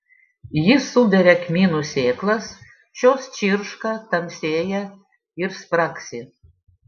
ji suberia kmynų sėklas šios čirška tamsėja ir spragsi